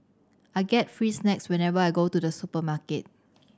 I get free snacks whenever I go to the supermarket